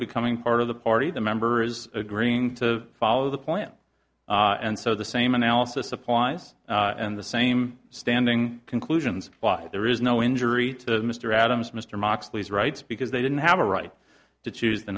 becoming part of the party the members agreeing to follow the plan and so the same analysis applies and the same standing conclusions why there is no injury to mr adams mr moxley is rights because they didn't have a right to choose the